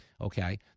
Okay